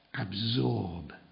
absorb